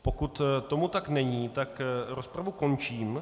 Pokud tomu tak není, rozpravu končím.